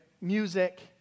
music